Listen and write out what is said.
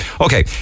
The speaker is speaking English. okay